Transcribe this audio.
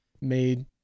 made